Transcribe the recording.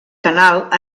canal